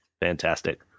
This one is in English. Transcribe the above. Fantastic